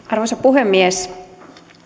arvoisa puhemies